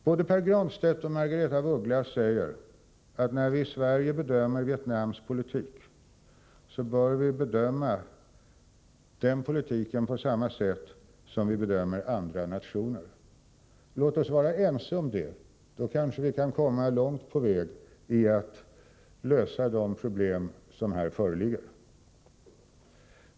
Både Pär Granstedt och Margaretha af Ugglas säger att när vi i Sverige bedömer Vietnams politik, så bör vi göra det på samma sätt som vi bedömer andra nationers politik. Låt oss vara ense om det. Då kanske vi kan komma långt på vägen när det gäller att lösa de problem som här föreligger.